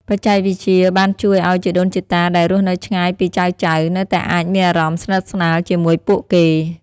បច្ចេកវិទ្យបានជួយឱ្យជីដូនជីតាដែលរស់នៅឆ្ងាយពីចៅៗ នៅតែអាចមានអារម្មណ៍ស្និទ្ធស្នាលជាមួយពួកគេ។